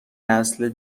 نسل